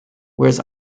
whereas